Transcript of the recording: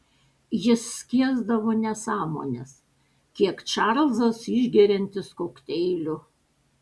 jis skiesdavo nesąmones kiek čarlzas išgeriantis kokteilių